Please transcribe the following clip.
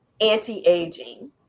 anti-aging